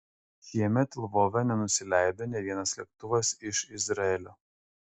šiemet lvove nenusileido nė vienas lėktuvas iš izraelio